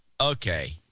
okay